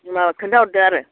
उनाव खोन्थाहरदो आरो